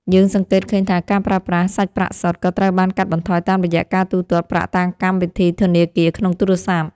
យើងសង្កេតឃើញថាការប្រើប្រាស់សាច់ប្រាក់សុទ្ធក៏ត្រូវបានកាត់បន្ថយតាមរយៈការទូទាត់ប្រាក់តាមកម្មវិធីធនាគារក្នុងទូរស័ព្ទ។